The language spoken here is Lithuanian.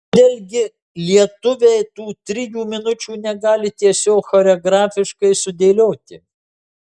kodėl gi lietuviai tų trijų minučių negali tiesiog choreografiškai sudėlioti